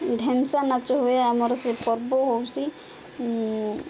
ଢେମ୍ସା ନାଚ ହୁଏ ଆମର ସେ ପର୍ବ ହଉଛି